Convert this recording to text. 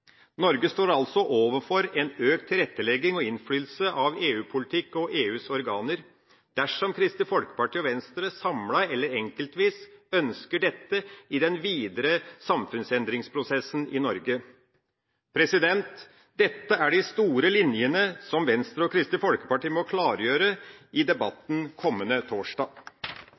Norge står altså overfor økt tilrettelegging for EU-politikk og økt innflytelse fra EUs organer dersom Kristelig Folkeparti og Venstre, samlet eller enkeltvis, ønsker dette i den videre samfunnsendringsprosessen i Norge. Dette er de store linjene som Venstre og Kristelig Folkeparti må klargjøre i debatten kommende torsdag.